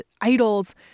idols